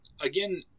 again